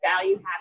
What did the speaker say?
value